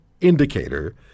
indicator